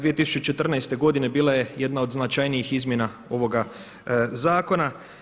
2014. godine bila je jedna od značajnijih izmjena ovoga zakona.